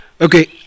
okay